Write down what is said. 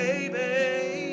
Baby